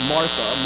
Martha